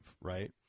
right